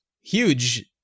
huge